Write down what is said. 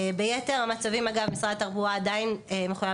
וביתר המצבים משרד התחבורה עדיין מחויב